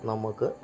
നമുക്ക്